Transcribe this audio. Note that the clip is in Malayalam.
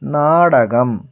നാടകം